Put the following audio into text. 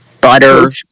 butter